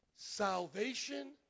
Salvation